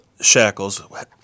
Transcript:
shackles